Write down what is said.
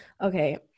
okay